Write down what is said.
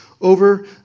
over